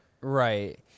Right